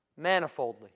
manifoldly